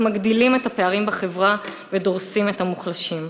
מגדילים את הפערים בחברה ודורסים את המוחלשים.